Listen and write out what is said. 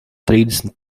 trīsdesmit